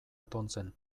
atontzen